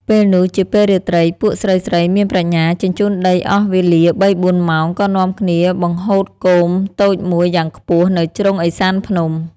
ពេលនោះជាពេលរាត្រី ពួកស្រីៗមានប្រាជ្ញាជញ្ជូនដីអស់វេលាបីបួនម៉ោង ក៏នាំគ្នាបង្ហូតគោមតូចមួយយ៉ាងខ្ពស់ នៅជ្រុងឥសានភ្នំ។